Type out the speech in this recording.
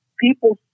people